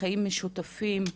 בחיים משותפים,